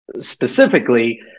specifically